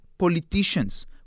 politicians